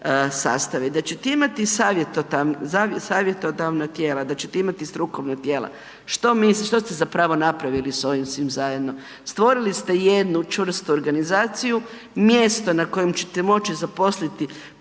da ćete imati savjetodavna tijela, da ćete imati strukovna tijela, što ste zapravo napravili s ovim svim zajedno? Stvorili ste jednu čvrstu organizaciju, mjesto na kojem ćete moći zaposliti